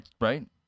Right